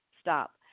Stop